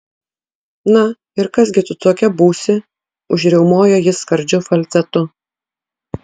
na ir kas gi tu tokia būsi užriaumojo jis skardžiu falcetu